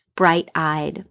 bright-eyed